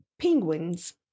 Penguins